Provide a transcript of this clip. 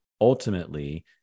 ultimately